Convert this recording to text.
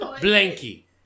Blanky